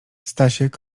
stasiek